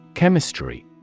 Chemistry